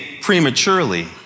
prematurely